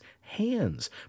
hands